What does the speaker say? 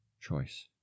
choice